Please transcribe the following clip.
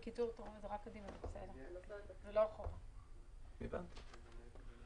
תודה רבה, הישיבה נעולה.